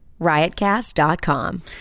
riotcast.com